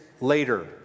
later